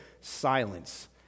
silence